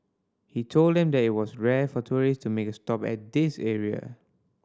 he told them that it was rare for tourist to make a stop at this area